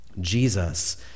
Jesus